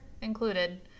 included